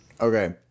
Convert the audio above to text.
Okay